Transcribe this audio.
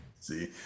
See